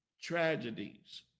tragedies